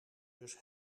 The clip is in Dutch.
dus